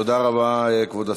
תודה רבה, כבוד השר.